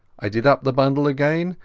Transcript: i did up the bundle again,